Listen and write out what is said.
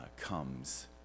comes